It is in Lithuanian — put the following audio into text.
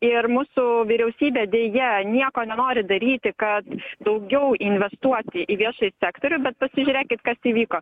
ir mūsų vyriausybė deja nieko nenori daryti kad daugiau investuoti į viešąjį sektorių bet pasižiūrėkit kas įvyko